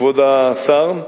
כבוד השר.